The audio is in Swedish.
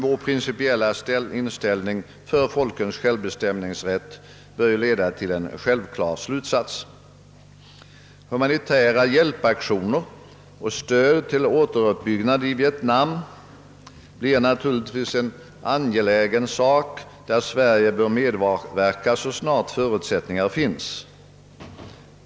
Vår principiella inställning för folkens självbestämmanderätt bör ju leda till en självklart positiv slutsats. Humanitära hjälpaktioner och stöd till återuppbyggnad i Vietnam blir naturligtvis en angelägen sak, där Sverige bör medverka så snart förutsättningar finns.